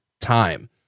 time